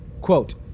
quote